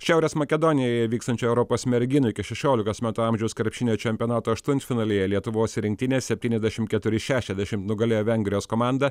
šiaurės makedonijoje vykstančio europos merginų iki šešiolikos metų amžiaus krepšinio čempionato aštuntfinalyje lietuvos rinktinė septyniasdešimt keturi šešiasdešimt nugalėjo vengrijos komandą